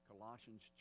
Colossians